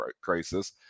crisis